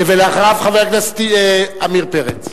אחריו, חבר הכנסת עמיר פרץ,